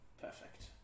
perfect